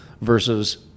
versus